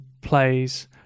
plays